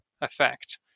effect